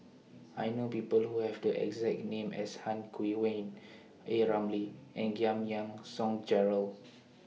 I know People Who Have The exact name as Han Guangwei A Ramli and Giam Yean Song Gerald